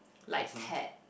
like Ted